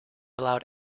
allowed